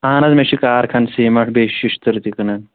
اَہَن حظ مےٚ چھُ کارخانہٕ سیٖمنٛٹ بیٚیہِ شیٚشتٕر تہٕ کٕنن